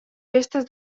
festes